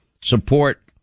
support